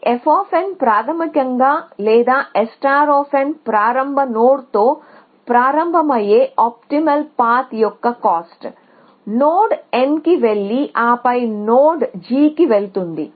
ఈ f ప్రాథమికంగా లేదా S ప్రారంభ నోడ్తో ప్రారంభమయ్యే ఆప్టిమల్ పాత్ యొక్క కాస్ట్ నోడ్ n కి వెళ్లి ఆపై నోడ్ g కి వెళుతుంది